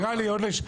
זה נראה לי לא מידתי.